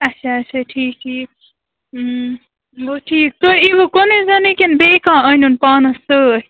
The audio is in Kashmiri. اَچھا اَچھا ٹھیٖک ٹھیٖک گوٚو ٹھیٖک تُہۍ اِیٖوٕ کُنُے زوٚنُے کِنہٕ بیٚیہِ کانٛہہ أنۍہوٗن پانَس سۭتۍ